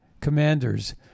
commanders